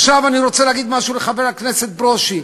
עכשיו אני רוצה להגיד משהו לחבר הכנסת ברושי: